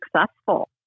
successful